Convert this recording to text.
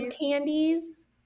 candies